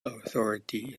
authority